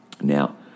now